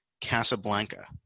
Casablanca